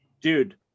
dude